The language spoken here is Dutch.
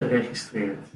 geregistreerd